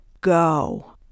go